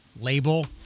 label